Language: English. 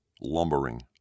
lumbering